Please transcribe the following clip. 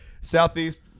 Southeast